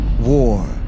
War